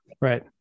Right